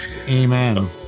Amen